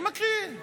אני מקריא.